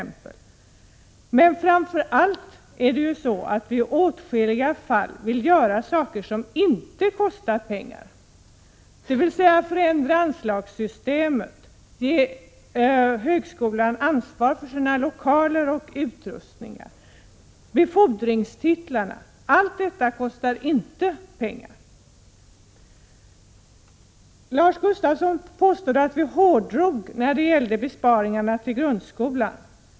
Men framför allt vill vi i åtskilliga fall göra saker som inte kostar pengar, dvs. förändra anslagssystemet, ge högskolan ansvar för sina lokaler och utrustning och ändra befordringstitlarna. Allt detta kostar inte pengar. Lars Gustafsson påstod att vi hårdrog när det gäller besparingar till grundskolan.